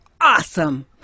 Awesome